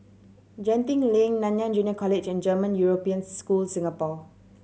Genting Lane Nanyang Junior College and German European School Singapore